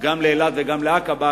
גם לאילת וגם לעקבה,